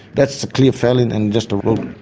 that's the clear-felling and just a road.